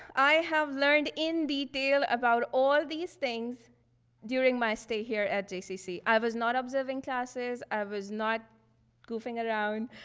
i have learned in detail about all these things during my stay here at jccc. i was not observing classes, i was not goofing around,